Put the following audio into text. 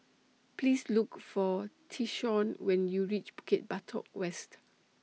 Please Look For Tyshawn when YOU REACH Bukit Batok West